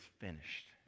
finished